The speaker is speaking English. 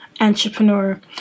entrepreneur